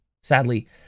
Sadly